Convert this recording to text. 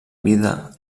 vida